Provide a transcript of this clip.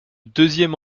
deuxième